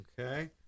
okay